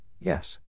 yes